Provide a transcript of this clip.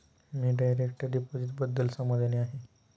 मी direct डिपॉझिटबद्दल समाधानी आहे